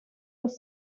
los